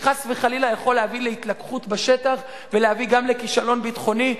שחס וחלילה יכול להביא להתלקחות בשטח ולהביא גם לכישלון ביטחוני.